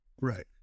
Right